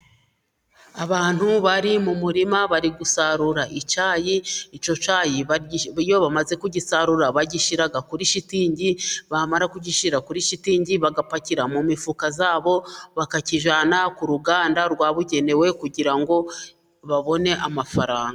abantu bari mu murima bari gusarura icyayi icyo cyayi iyo bamaze kugisarura bagishira kuri shitingi bamara kugishyira kuri shitingi bagapakira mu mifuka yabo bakakijyana ku ruganda rwabugenewe kugira ngo babone amafaranga.